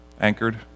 anchored